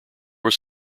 was